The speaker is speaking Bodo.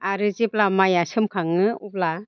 आरो जेब्ला माइआ सोमखाङो अब्ला